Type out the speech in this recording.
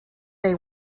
they